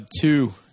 Two